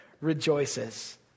rejoices